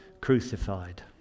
crucified